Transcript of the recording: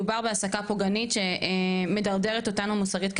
מדובר בהעסקה פוגענית שמדרדרת אותנו מוסרית,